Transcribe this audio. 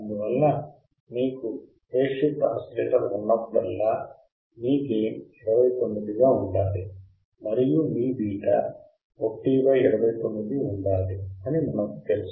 అందువల్ల మీకు phase shift oscillator ఉన్నప్పుడల్లా మీ గెయిన్ 29 గా ఉండాలి మరియు మీ β 129 ఉండాలి అని మనము కు తెలుసు